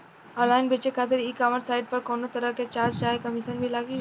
Online बेचे खातिर e commerce site पर कौनोतरह के चार्ज चाहे कमीशन भी लागी?